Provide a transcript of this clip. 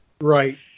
right